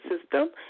system